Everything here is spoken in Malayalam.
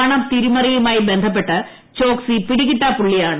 പണതിരിമറിയുമായി ബന്ധപ്പെട്ട് ചോക്സി പിടികിട്ടാപ്പുള്ളിയാണ്